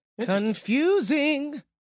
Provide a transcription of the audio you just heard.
Confusing